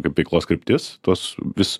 kaip veiklos kryptis tuos vis